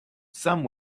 some